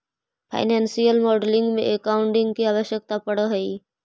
financial modelling में accounting के आवश्यकता पड़ऽ हई